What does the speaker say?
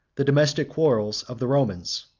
the domestic quarrels of the romans.